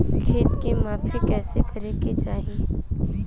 खेत के माफ़ी कईसे करें के चाही?